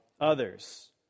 others